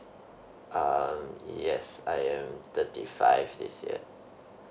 um yes I am thirty five this year